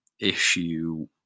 issue